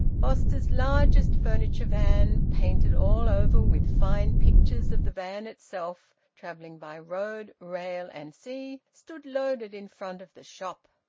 foster's largest furniture-van, painted all over with fine pictures of the van itself travelling by road, rail, and sea, stood loaded in front of the shop.